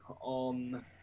on